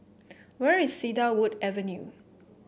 where is Cedarwood Avenue